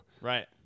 right